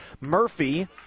Murphy